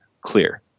clear